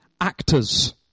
actors